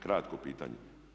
Kratko pitanje.